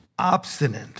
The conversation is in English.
obstinate